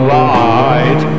light